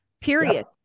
Period